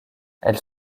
elle